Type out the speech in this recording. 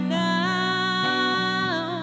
now